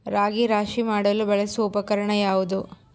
ರಾಗಿ ರಾಶಿ ಮಾಡಲು ಬಳಸುವ ಉಪಕರಣ ಯಾವುದು?